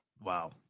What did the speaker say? Wow